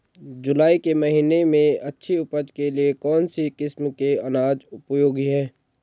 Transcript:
जुलाई के महीने में अच्छी उपज के लिए कौन सी किस्म के अनाज उपयोगी हैं?